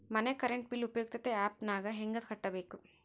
ಮನೆ current bill ಉಪಯುಕ್ತತೆ app ನಾಗ ಹೆಂಗ ಕಟ್ಟಬೇಕು?